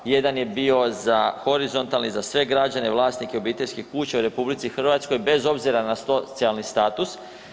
Jedan je bio za horizontalni, za sve građane, vlasnike obiteljskih kuća u RH bez obzira na socijalni status.